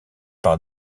par